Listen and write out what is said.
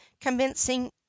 commencing